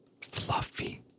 fluffy